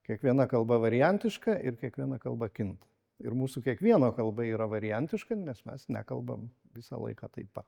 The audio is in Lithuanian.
kiekviena kalba variantiška ir kiekviena kalba kinta ir mūsų kiekvieno kalba yra variantiška nes mes nekalbam visą laiką taip pat